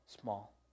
small